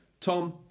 Tom